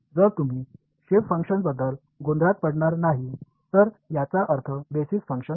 जर तुम्ही shape function बद्दल गोंधळात पडणार नाही तर याचा अर्थ बेसिस फंक्शन आहे